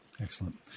Excellent